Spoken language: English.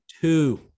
Two